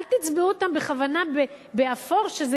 אל תצבעו אותן בכוונה באפור כדי שזה